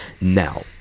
Now